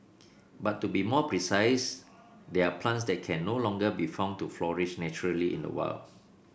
but to be more precise they're plants that can no longer be found to flourish naturally in the wild